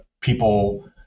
people